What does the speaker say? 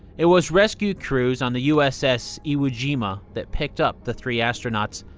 it was rescue crews on the uss iwo jima that picked up the three astronauts.